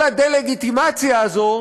כל הדה-לגיטימציה הזאת